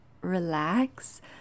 relax